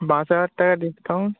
পাঁচ হাজার টাকা ডিসকাউন্ট